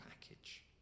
package